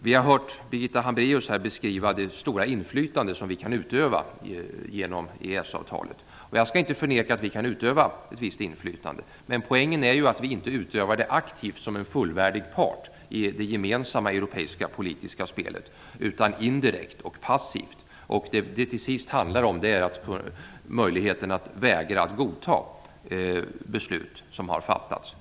Vi har hört Birgitta Hambraeus beskriva det stora inflytande som vi kan utöva genom EES-avtalet. Jag skall inte förneka att vi kan utöva ett visst inflytande. Men poängen är att vi inte utövar det aktivt som en fullvärdig part i det gemensamma europeiska politiska spelet, utan indirekt och passivt. Det handlar till sist om möjligheten att vägra att godta beslut som har fattats.